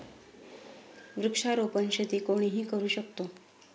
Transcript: वृक्षारोपण शेती कोणीही करू शकतो